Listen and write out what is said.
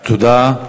תודה.